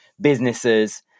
businesses